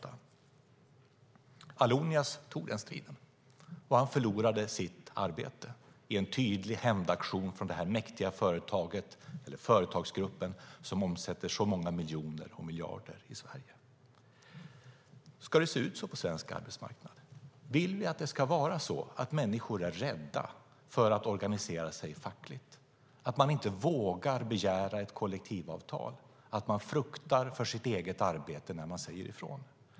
Allonias tog den striden, och han förlorade sitt arbete som en tydlig hämndaktion från denna mäktiga företagsgrupp som omsätter så måna miljoner och miljarder i Sverige. Ska det se ut så på svensk arbetsmarknad? Vill vi att människor ska vara rädda för att organisera sig fackligt, att man inte vågar begära ett kollektivavtal, att man fruktar för sitt eget arbete när man säger ifrån?